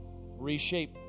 reshape